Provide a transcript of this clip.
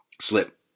slip